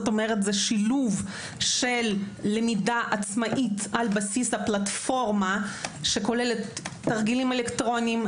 שילוב של למידה עצמאית על בסיס הפלטפורמה שכוללת תרגילים אלקטרוניים,